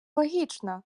логічно